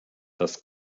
das